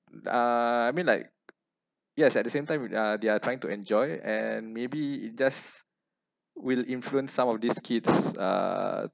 uh I mean like yes at the same time with uh they are trying to enjoy and maybe just will influence some of these kids uh